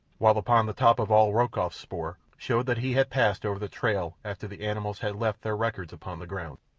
while upon the top of all rokoff's spoor showed that he had passed over the trail after the animals had left their records upon the ground.